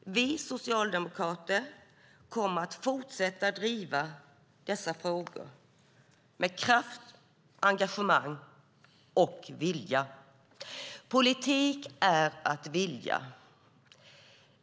Vi socialdemokrater kommer att fortsätta driva dessa frågor med kraft, engagemang och vilja. Politik är att vilja.